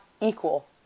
equal